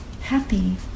happy